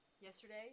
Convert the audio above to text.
Yesterday